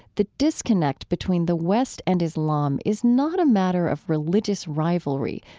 the disconnect between the west and islam is not a matter of religious rivalry,